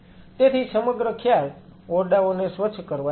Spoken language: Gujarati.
તેથી સમગ્ર ખ્યાલ ઓરડાઓને સ્વચ્છ કરવા જેવો છે